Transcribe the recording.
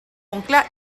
oncle